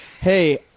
hey